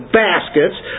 baskets